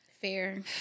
Fair